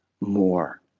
more